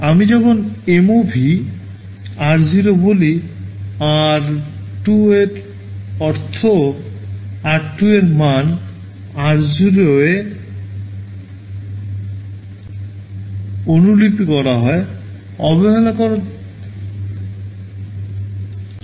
আমি যখন MOV r0 বলি r 2 এর অর্থ r2 এর মান r0 এ অনুলিপি করা হয়